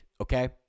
okay